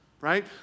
right